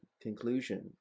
conclusion